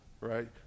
Right